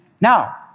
Now